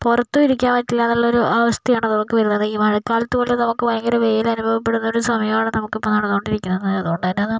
പുറത്തും ഇരിക്കാൻ പറ്റില്ല എന്നുള്ള ഒരു അവസ്ഥയാണ് നമുക്ക് വരുന്നത് ഈ മഴക്കാലത്ത് കൊണ്ട് നമുക്ക് ഭയങ്കര വെയിൽ അനുഭവപ്പെടുന്ന സമയമാണ് കണ്ടു കൊണ്ടിരിക്കുന്നത് അതുകൊണ്ടുതന്നെ